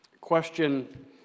question